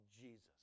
Jesus